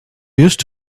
used